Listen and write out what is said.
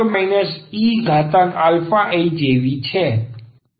તેથી તે eai જેવી છે